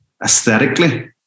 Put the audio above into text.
aesthetically